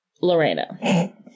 lorena